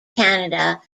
canada